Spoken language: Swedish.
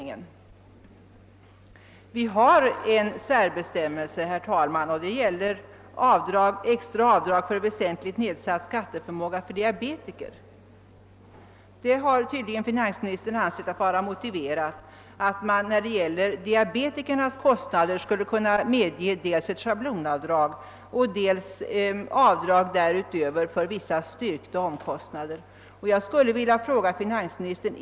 Det finns en särbestämmelse; den gäller extra avdrag vid väsentligt nedsatt skatteförmåga för diabetiker. Finansministern har tydligen ansett det motiverat att för diabetiker medge dels ett schablonavdrag, dels därutöver avdrag för vissa styrkta omkostnader.